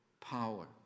power